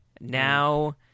Now